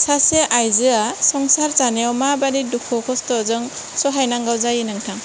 सासे आइजोआ संसार जानायाव माबायदि दुखु खस्थ'जों सहायनांगौ जायो नोंथां